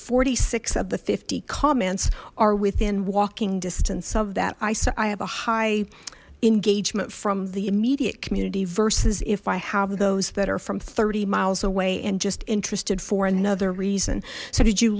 forty six of the fifty comments are within walking distance of that i saw i have a high engagement from the immediate community versus if i have those that are from thirty miles away and just interested for another reason so did you